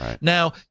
Now